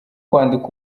kwandika